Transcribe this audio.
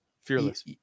fearless